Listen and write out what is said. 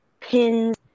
pins